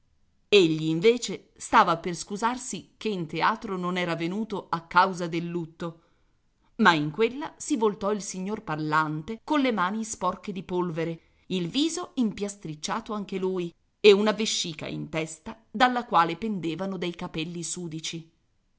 egli invece stava per scusarsi che in teatro non era venuto a causa del lutto ma in quella si voltò il signor pallante colle mani sporche di polvere il viso impiastricciato anche lui e una vescica in testa dalla quale pendevano dei capelli sudici